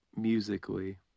musically